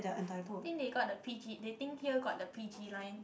think they got the p_g they think here got the p_g line